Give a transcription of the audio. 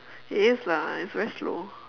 it is lah it's very slow